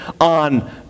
on